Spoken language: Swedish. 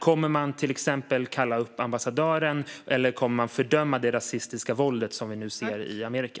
Kommer man till exempel att kalla upp ambassadören? Kommer man att fördöma det rasistiska våld som vi nu ser i Amerika?